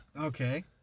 Okay